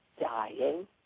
dying